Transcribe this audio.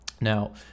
now